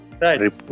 Right